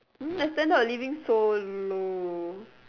mm the standard of living so low